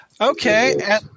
Okay